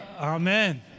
Amen